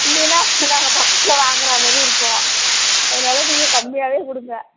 இல்லைன்னா நாங்கள் பக்கத்தில் வாங்குற மாரி இருப்போம் அதனால நீங்கள் கம்மியாகவே கொடுங்க